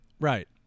Right